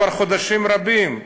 כבר חודשים רבים.